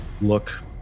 look